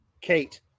Kate